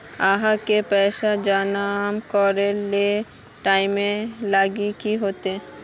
आहाँ के पैसा जमा करे ले टाइम लाइन की होते?